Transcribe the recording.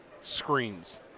screens